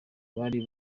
bari